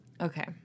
Okay